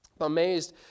Amazed